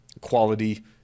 quality